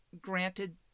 Granted